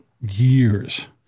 years